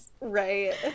Right